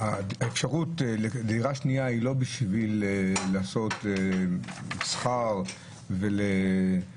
האפשרות של דירה שנייה היא לא בשביל לעשות שכר ולהתעשר.